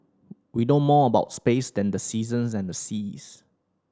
we know more about space than the seasons and the seas